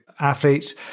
athletes